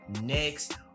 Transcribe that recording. next